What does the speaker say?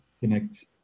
connect